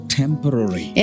temporary